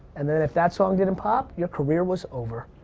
and then if that song didn't pop, your career was over.